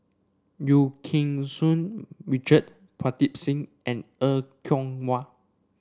Eu Keng Soon Richard Pritam Singh and Er Kwong Wah